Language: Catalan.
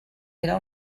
era